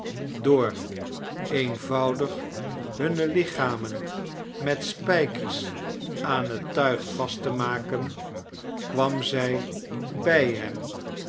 door eemvoudig hunne lichamen met spijkers aan het tuig vast te maken kwam zij bij hem